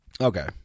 Okay